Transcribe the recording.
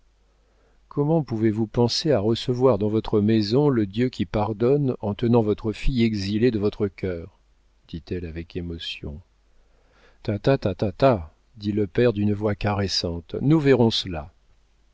comment pouvez-vous penser à recevoir dans votre maison le dieu qui pardonne en tenant votre fille exilée de votre cœur dit-elle avec émotion ta ta ta ta ta dit le père d'une voix caressante nous verrons cela